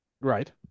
Right